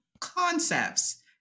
concepts